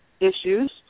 issues